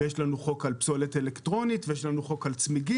יש לנו גם חוק על פסולת אלקטרונית וחוק על צמיגים.